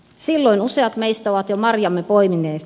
silloin useat meistä ovat jo marjamme poimineet